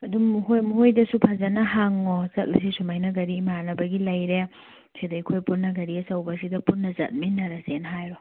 ꯑꯗꯨꯝ ꯍꯣꯏ ꯃꯣꯈꯣꯏꯗꯁꯨ ꯐꯖꯅ ꯍꯪꯉꯣ ꯆꯠꯂꯁꯤ ꯁꯨꯃꯥꯏꯅ ꯒꯥꯔꯤ ꯏꯃꯥꯅꯕꯒꯤ ꯂꯩꯔꯦ ꯁꯤꯗ ꯑꯩꯈꯣꯏ ꯄꯨꯟꯅ ꯒꯥꯔꯤ ꯑꯆꯧꯕ ꯑꯁꯤꯗ ꯄꯨꯟꯅ ꯆꯠꯃꯤꯟꯅꯔꯁꯦꯅ ꯍꯥꯏꯔꯣ